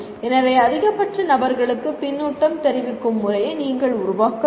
எனவே அதிகபட்ச நபர்களுக்கு பின்னூட்டம் தெரிவிக்கும் முறையை நீங்கள் உருவாக்க வேண்டும்